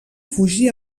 fugí